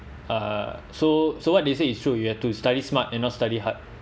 uh so so what do you say is true you have to study smart and not study hard